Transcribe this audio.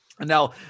now